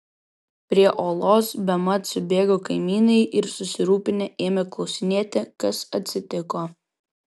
prie olos bemat subėgo kaimynai ir susirūpinę ėmė klausinėti kas atsitiko